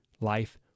life